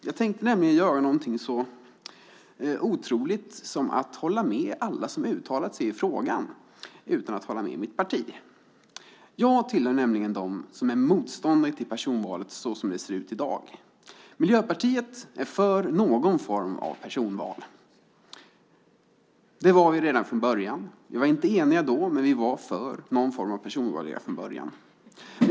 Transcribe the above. Jag tänkte nämligen göra någonting så otroligt som att hålla med alla som uttalat sig i frågan utan att hålla med mitt parti. Jag tillhör nämligen dem som är motståndare till personvalet såsom det ser ut i dag. Miljöpartiet är för någon form av personval. Det var vi redan från början. Vi var inte eniga då, men vi var för någon form av personval redan från början.